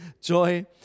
joy